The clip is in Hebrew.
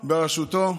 בראשותו,